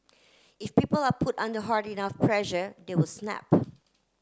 if people are put under hard enough pressure they will snap